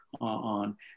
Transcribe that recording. on